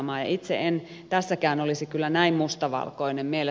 itse en tässäkään olisi kyllä näin mustavalkoinen